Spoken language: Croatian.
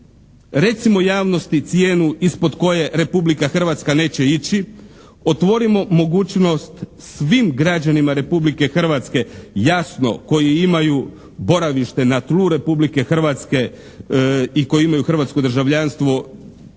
Recimo javnosti cijenu ispod koje Republika Hrvatska neće ići. Otvorimo mogućnost svim građanima Republike Hrvatske jasno koji imaju boravište na tlu Republike Hrvatske i koji imaju hrvatsko državljanstvo